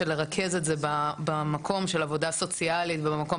שלרכז את זה במקום של עבודה סוציאלית ובמקום